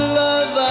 love